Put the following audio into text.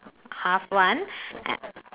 half one